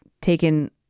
taken